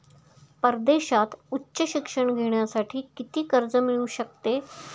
परदेशात उच्च शिक्षण घेण्यासाठी किती कर्ज मिळू शकते?